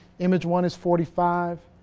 image one is forty five.